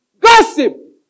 Gossip